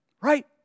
right